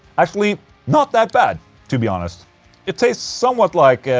actually not that bad to be honest it tastes somewhat like.